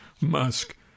Musk